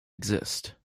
exist